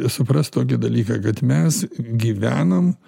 suprast tokį dalyką kad mes gyvenam